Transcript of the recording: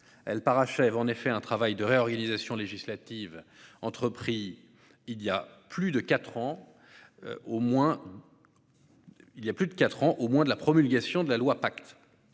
Elles parachèvent, en effet, un travail de réorganisation législative entrepris il y a plus de quatre ans, au moment de la promulgation de la loi Pacte.